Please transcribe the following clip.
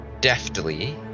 deftly